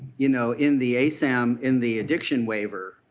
you know in the asam, in the addiction waiver,